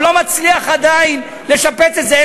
הוא לא מצליח עדיין לשפץ את זה,